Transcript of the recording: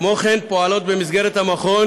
כמו כן פועלות במסגרת המכון